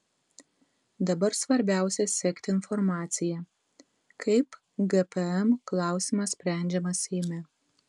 dabar svarbiausia sekti informaciją kaip gpm klausimas sprendžiamas seime